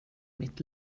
mitt